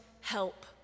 help